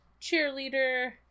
cheerleader